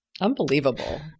unbelievable